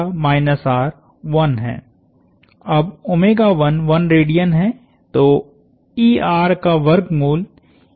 अब 1 रेडियन है तो का वर्गमूल है